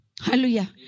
Hallelujah